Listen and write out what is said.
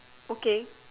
okay